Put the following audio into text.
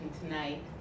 tonight